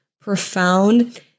profound